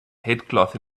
headcloth